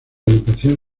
educación